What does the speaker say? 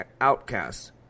outcasts